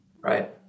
Right